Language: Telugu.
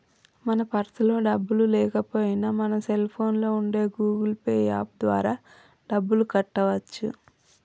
మన పర్సులో డబ్బులు లేకపోయినా మన సెల్ ఫోన్లో ఉండే గూగుల్ పే యాప్ ద్వారా డబ్బులు కట్టవచ్చు